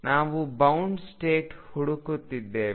ನಾವು bound state ಹುಡುಕುತ್ತಿದ್ದೇವೆ